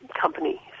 company